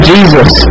Jesus